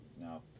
no